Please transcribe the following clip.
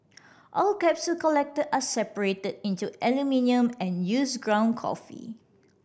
all capsules collected are separated into aluminium and used ground coffee